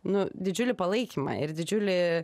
nu didžiulį palaikymą ir didžiulį